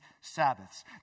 Sabbaths